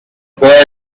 boy